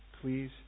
Please